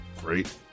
Great